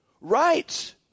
rights